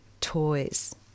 toys